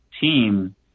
team